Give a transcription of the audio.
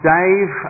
Dave